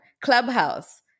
Clubhouse